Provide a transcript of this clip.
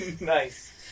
Nice